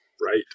Right